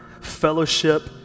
fellowship